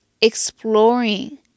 exploring